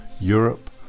Europe